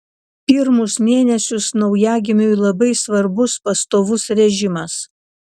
pirmus mėnesius naujagimiui labai svarbus pastovus režimas